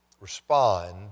respond